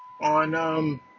on